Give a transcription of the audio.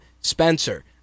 spencer